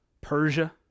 Persia